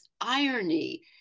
irony